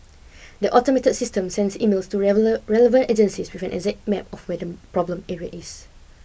the automated system sends emails to relevant agencies with an exact map of where the problem area is